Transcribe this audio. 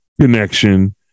connection